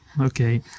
Okay